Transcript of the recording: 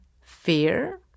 fear